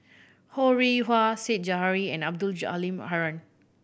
Ho Rih Hwa Said Zahari and Abdul Halim Haron